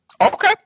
Okay